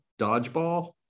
dodgeball